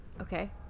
Okay